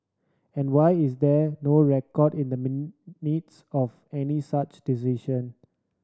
and why is there no record in the Minutes of any such decision